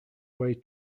way